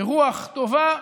ברוח טובה,